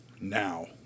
Now